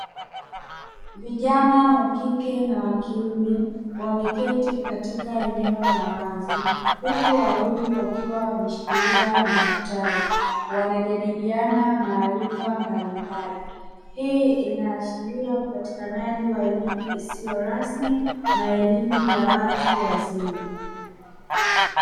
Vijana wa kike na wa kiume wameketi katika eneo la wazi huku wawili wakiwa wameshikilia madaftari wanajadiliana maarifa mbalimbali. Hii inaashiria upatikanaji wa elimu isiyo rasmi na elimu ya watu wazima.